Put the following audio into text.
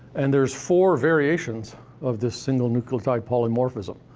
and there's four variations of this single nucleotide polymorphism.